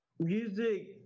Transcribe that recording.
Music